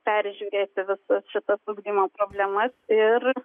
peržiūrėti visas šitas ugdymo problemas ir